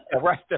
Right